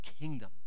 kingdom